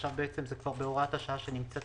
עכשיו זה בהוראת השעה שנמצאת